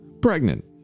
pregnant